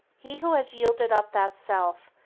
he who has yielded up that self,